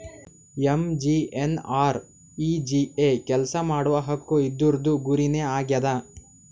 MGNREGA ಕೆಲ್ಸಾ ಮಾಡುವ ಹಕ್ಕು ಇದೂರ್ದು ಗುರಿ ನೇ ಆಗ್ಯದ